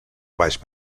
baix